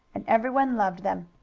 and everyone loved them.